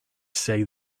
say